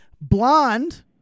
Blonde